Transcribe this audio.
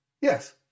Yes